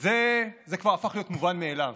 זה כבר הפך להיות מובן מאליו.